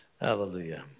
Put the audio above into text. Hallelujah